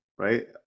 Right